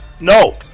No